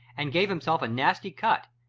and gave himself a nasty cut.